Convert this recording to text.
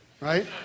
Right